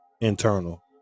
internal